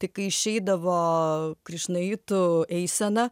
tai kai išeidavo krišnaitų eisena